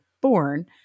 born